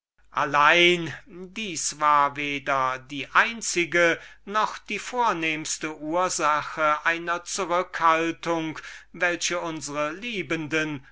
allein dieses war weder die einzige noch die vornehmste ursache einer zurückhaltung welche unsre liebenden